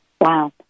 Wow